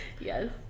Yes